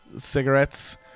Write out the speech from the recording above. Cigarettes